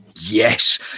Yes